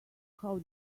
how